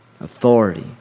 authority